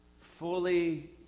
Fully